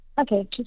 Okay